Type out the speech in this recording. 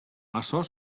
açò